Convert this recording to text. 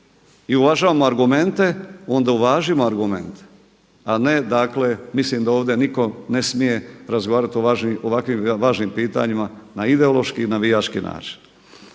i uvažavamo argumente, onda uvažimo argumente, a ne dakle mislim da ovdje nitko ne smije razgovarati o ovako važnim pitanjima na ideološki navijački način.